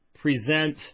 present